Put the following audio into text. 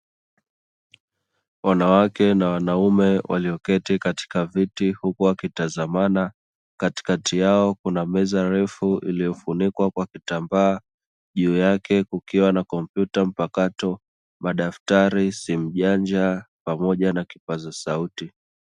Wanawake na wanaume walioketi katika viti huku wakitazamana, katikati yao kuna meza refu iliyo funikwa kwa kitambaa juu yake kukiwa na kompyuta mpakato, madaftari, simu janja pamoja na kipaza sauti.